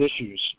issues